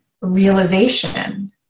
realization